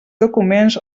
documents